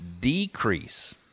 decrease